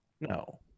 No